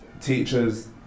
teachers